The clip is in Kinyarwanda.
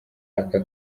aka